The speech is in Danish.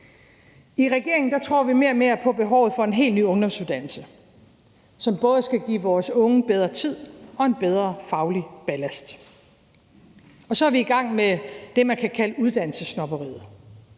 I regeringen tror vi mere og mere på behovet for en helt ny ungdomsuddannelse, som både skal give vores unge bedre tid og en bedre faglig ballast. Så er vi også i gang med at gøre op med det, man kan kalde uddannelsessnobberiet.